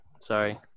sorry